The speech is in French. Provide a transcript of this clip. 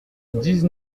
dix